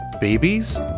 babies